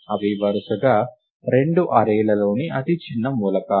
అవి వరుసగా రెండు అర్రే లలోని అతి చిన్న మూలకాలు